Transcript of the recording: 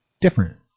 different